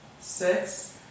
six